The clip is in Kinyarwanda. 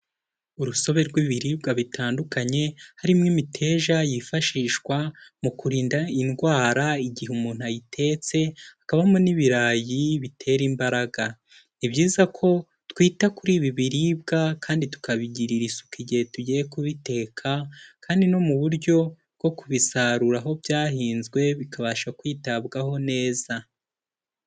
Urusobe rw'ibiribwa bitandukanye, harimo imiteja yifashishwa mu kurinda indwara igihe umuntu ayitetse hakabamo n'ibirayi bitera imbaraga, ni byiza ko twita kuri ibi biribwa kandi tukabigirira isuku igihe tugiye kubiteka kandi no mu buryo bwo kubisarura aho byahinzwe bikabasha kwitabwaho neza.